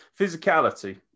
physicality